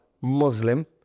Muslim